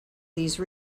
these